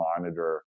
monitor